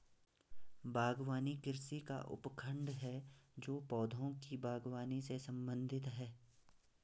बागवानी कृषि का उपखंड है जो पौधों की बागवानी से संबंधित है